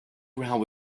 ground